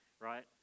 Right